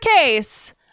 case